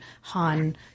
Han